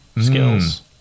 skills